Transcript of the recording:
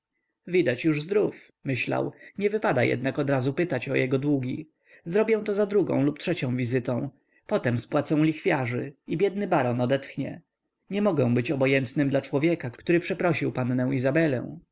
widać już zdrów myślał nie wypada jednak odrazu pytać o jego długi zrobię to za drugą lub trzecią wizytą potem spłacę lichwiarzy i biedny baron odetchnie nie mogę być obojętnym dla człowieka który przeprosił pannę izabelę